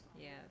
Yes